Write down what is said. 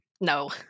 no